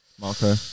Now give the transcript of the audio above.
Marco